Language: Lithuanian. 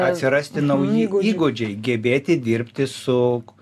atsirasti nauji įgūdžiai gebėti dirbti su